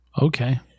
Okay